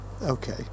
Okay